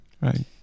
Right